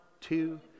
two